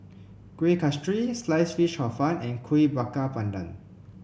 Kuih Kasturi Sliced Fish Hor Fun and Kuih Bakar Pandan